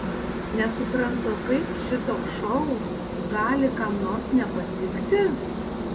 nesuprantu kaip šitoks šou gali kam nors nepatikti